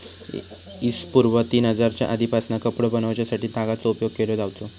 इ.स पूर्व तीन हजारच्या आदीपासना कपडो बनवच्यासाठी तागाचो उपयोग केलो जावचो